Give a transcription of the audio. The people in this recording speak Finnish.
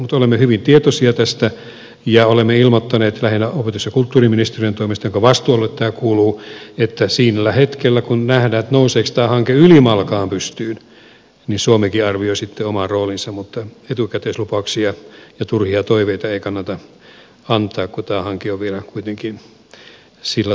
mutta olemme hyvin tietoisia tästä ja olemme ilmoittaneet lähinnä opetus ja kulttuuriministeriön toimesta jonka vastuulle tämä kuuluu että sillä hetkellä kun nähdään nouseeko tämä hanke ylimalkaan pystyyn niin suomikin arvioi sitten oman roolinsa mutta etukäteislupauksia ja turhia toiveita ei kannata antaa kun tämä hanke on vielä kuitenkin sillä tavalla kesken